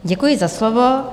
Děkuji za slovo.